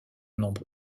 nombre